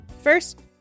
First